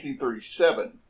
1937